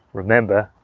remember,